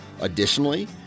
Additionally